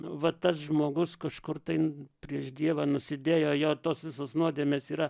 va tas žmogus kažkur tai prieš dievą nusidėjo jo tos visos nuodėmės yra